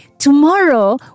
Tomorrow